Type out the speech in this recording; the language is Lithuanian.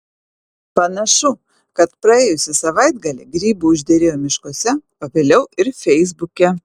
panašu kad praėjusį savaitgalį grybų užderėjo miškuose o vėliau ir feisbuke